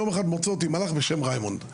יום אחד מוצא אותי מלאך בשם ריימונד.